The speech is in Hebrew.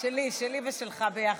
של היושבת-ראש.